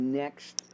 next